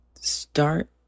start